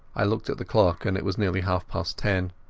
i looked at the clock, and it was nearly half-past ten.